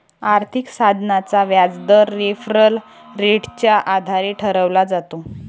आर्थिक साधनाचा व्याजदर रेफरल रेटच्या आधारे ठरवला जातो